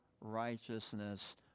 righteousness